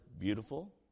beautiful